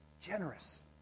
generous